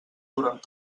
durant